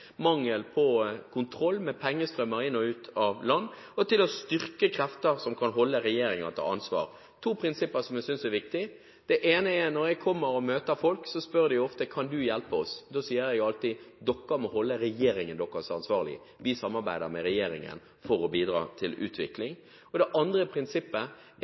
mangel på kontroll med pengestrømmer inn og ut av land – og til å styrke krefter som kan holde regjeringen til ansvar. Det er to prinsipper som jeg synes er viktig. Det ene er at når jeg kommer og møter folk, så spør de ofte: Kan du hjelpe oss? Da sier jeg alltid at de må holde regjeringen sin ansvarlig, at vi samarbeider med regjeringen for å bidra til utvikling. Det andre prinsippet er